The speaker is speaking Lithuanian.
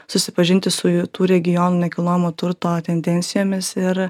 susipažinti su jų tų regionų nekilnojamo turto tendencijomis ir